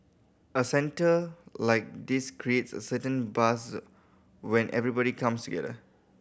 a centre like this creates a certain buzz when everybody comes together